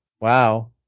Wow